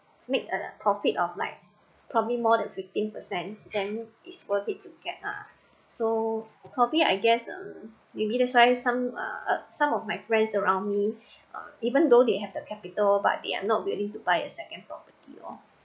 make a profit of like probably more than fifteen percent then is worth it to get ah so probably I guess um maybe that's why some uh some of my friends around me um even though they have the capital but they're not willing to buy a second property or